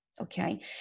okay